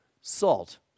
salt